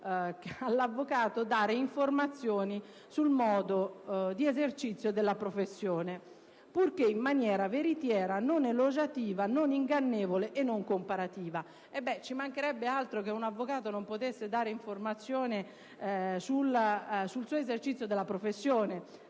all'avvocato dare informazioni sul modo di esercizio della professione, purché in maniera veritiera, non elogiativa, non ingannevole e non comparativa». Ci mancherebbe altro che un avvocato non potesse dare informazioni sule sue modalità di esercizio della professione!